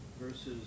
versus